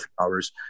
hours